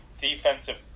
defensive